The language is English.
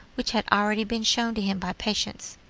which had already been shown to him by patience.